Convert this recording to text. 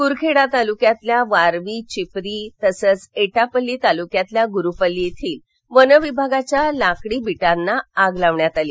कुरखेडा तालुक्यातील वारवी चिपरी तसंच एटापल्ली तालुक्यातील गुरुपल्ली येथील वनविभागाच्या लाकडी बिटांना आग लावली